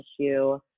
issue